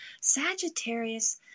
Sagittarius